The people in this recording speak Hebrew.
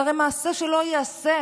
זה הרי מעשה שלא ייעשה.